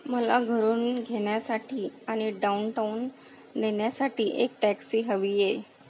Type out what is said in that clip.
मला घरून घेण्यासाठी आणि डाउनटाउन नेण्यासाठी एक टॅक्सी हवी आहे